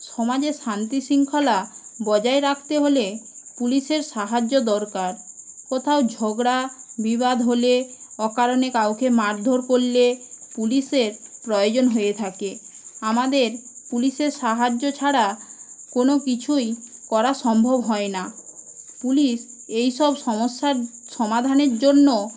সমাজে শান্তি শৃঙ্খলা বজায় রাখতে হলে পুলিশের সাহায্য দরকার কোথাও ঝগড়া বিবাদ হলে অকারণে কাউকে মারধর করলে পুলিশের প্রয়োজন হয়ে থাকে আমাদের পুলিশের সাহায্য ছাড়া কোন কিছুই করা সম্ভব হয় না পুলিশ এইসব সমস্যার সমাধানের জন্য